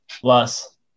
Plus